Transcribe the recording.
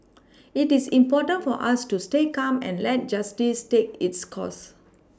it is important for us to stay calm and let justice take its course